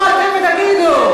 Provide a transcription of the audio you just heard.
דמעות תנין.